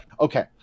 Okay